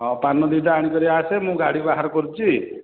ହଁ ପାନ ଦୁଇଟା ଆଣିକରି ଆସେ ମୁଁ ଗାଡ଼ି ବାହାର କରୁଛି